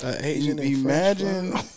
Imagine